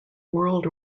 world